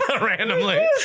Randomly